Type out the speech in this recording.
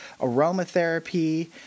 aromatherapy